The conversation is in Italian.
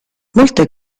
molte